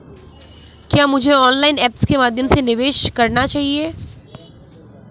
क्या मुझे online apps के माध्यम से निवेश करना चाहिए?